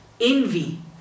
envy